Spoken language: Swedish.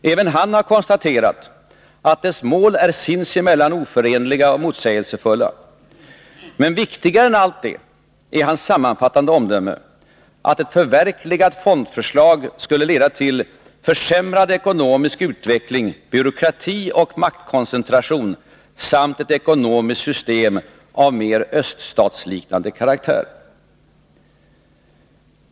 Även han har konstaterat att deras mål är sinsemellan oförenliga och motsägelsefulla. Men viktigare än detta är hans sammanfattande omdöme, att ett förverkligat fondförslag skulle leda till försämrad ekonomisk utveckling, byråkrati och maktkoncentration samt ett ekonomiskt system av mer öststatsliknande karaktär.